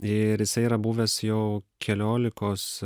ir jisai yra buvęs jau keliolikos